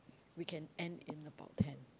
we can end in about ten